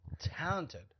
talented